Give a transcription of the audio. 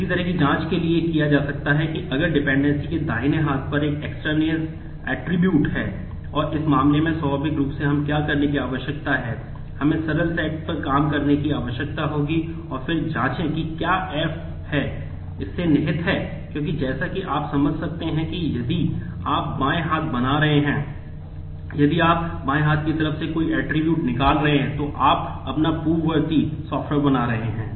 इसी तरह की जाँच के लिए किया जा सकता है अगर एक डिपेंडेंसी निकाल रहे हैं तो आप अपना पूर्ववर्ती सॉफ़्टर बना रहे हैं